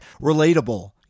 relatable